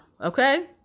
Okay